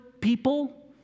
people